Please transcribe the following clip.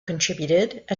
contributed